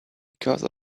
because